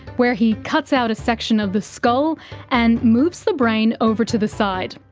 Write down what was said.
where he cuts out a section of the skull and moves the brain over to the side,